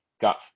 got